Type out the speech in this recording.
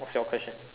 what's your question